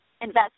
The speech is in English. Invest